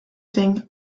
saying